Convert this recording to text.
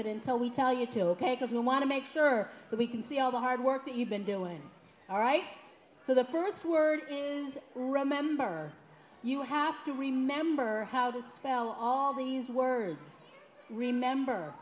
it until we tell you to ok cause we want to make sure we can see all the hard work that you've been doing all right so the first word to use remember you have to remember how to spell all these words remember